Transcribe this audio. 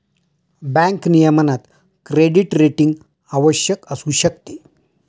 bank नियमनात credit rating आवश्यक असू शकते